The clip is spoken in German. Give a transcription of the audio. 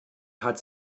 hat